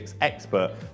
expert